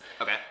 Okay